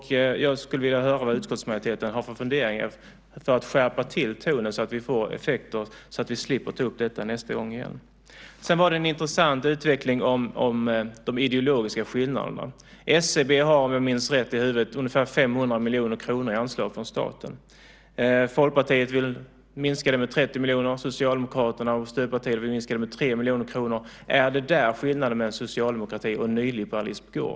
Jag skulle vilja höra vad utskottsmajoriteten har för funderingar om att skärpa till tonen så att det får effekter och vi slipper ta upp detta nästa år igen. Sedan var det en intressant utveckling om de ideologiska skillnaderna. SCB har, om jag minns rätt, ungefär 500 miljoner kronor i anslag från staten. Folkpartiet vill minska det med 30 miljoner. Socialdemokraterna och stödpartierna vill minska det med 3 miljoner kronor. Är det där skillnaden mellan socialdemokrati och nyliberalism går?